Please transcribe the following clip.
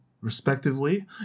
respectively